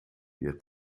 wir